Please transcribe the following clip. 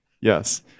Yes